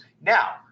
Now